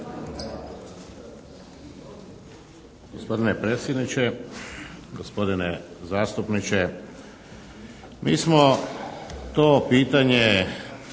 Gospodine predsjedniče, gospodine zastupniče. Mi smo to pitanje